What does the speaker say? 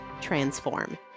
transform